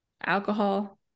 alcohol